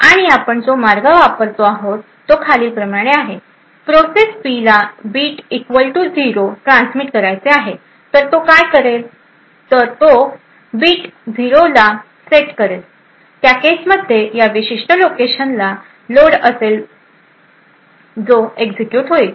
आणि आपण जो मार्ग वापरतो आहोत तो खालील प्रमाणे आहे प्रोसेस पी ला bit equal to zero transmit करायचे आहे तर तो काय करेल की तो बीट झिरो ला सेट करेल त्या केसमध्ये या विशिष्ट लोकेशन ला लोड असेल जो एक्झिक्युट होईल